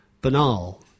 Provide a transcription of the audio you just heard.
banal